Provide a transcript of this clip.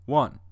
one